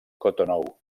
cotonou